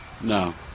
No